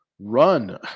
Run